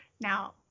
Now